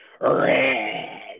red